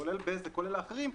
כולל בזק ואחרים,